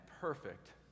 perfect